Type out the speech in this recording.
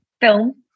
Film